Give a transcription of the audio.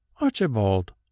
Archibald